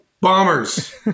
Bombers